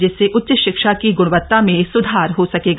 जिससे उच्च शिक्षा की ग्णवत्ता में सुधार हो सकेगा